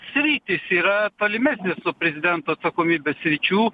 sritys yra tolimesnės prezidento atsakomybės sričių